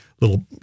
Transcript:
Little